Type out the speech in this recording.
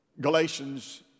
Galatians